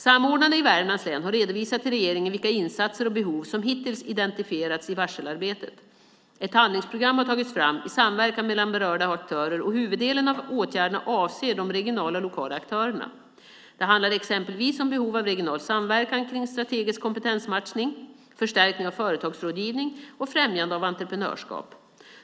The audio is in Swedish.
Samordnarna i Värmlands län har redovisat till regeringen vilka insatser och behov som hittills identifierats i varselarbetet. Ett handlingsprogram har tagits fram i samverkan mellan berörda aktörer och huvuddelen av åtgärderna avser de regionala och lokala aktörerna. Det handlar exempelvis om behov av regional samverkan kring strategisk kompetensmatchning, förstärkning av företagsrådgivning och främjande av entreprenörskap.